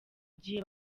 gihe